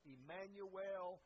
Emmanuel